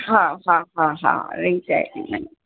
हा हा हा हा रिंग सैरिमनी